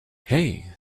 hey